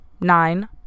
nine